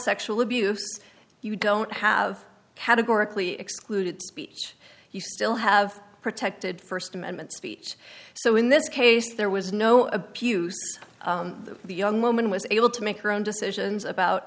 sexual abuse you don't have categorically excluded speech you still have protected st amendment speech so in this case there was no abuse the young woman was able to make her own decisions about